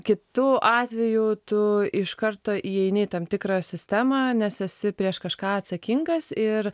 kitu atveju tu iš karto įeini į tam tikrą sistemą nes esi prieš kažką atsakingas ir